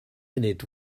munud